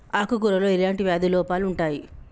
ఆకు కూరలో ఎలాంటి వ్యాధి లోపాలు ఉంటాయి?